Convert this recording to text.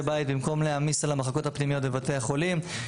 בית במקום להעמיס על המחלקות הפנימיות בבתי החולים.